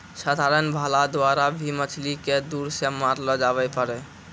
साधारण भाला द्वारा भी मछली के दूर से मारलो जावै पारै